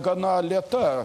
gana lėta